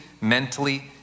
mentally